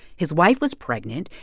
his wife was pregnant.